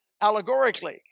allegorically